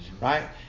Right